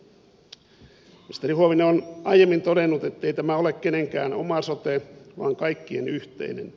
ministeri huovinen on aiemmin todennut ettei tämä ole kenenkään oma sote vaan kaikkien yhteinen